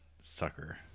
sucker